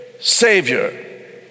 Savior